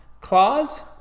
claws